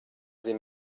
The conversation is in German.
sie